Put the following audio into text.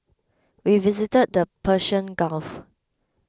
we visited the Persian Gulf